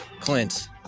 Clint